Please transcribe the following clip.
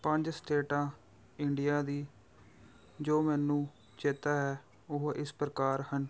ਪੰਜ ਸਟੇਟਾਂ ਇੰਡੀਆ ਦੀ ਜੋ ਮੈਨੂੰ ਚੇਤਾ ਹੈ ਉਹ ਇਸ ਪ੍ਰਕਾਰ ਹਨ